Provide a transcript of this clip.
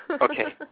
Okay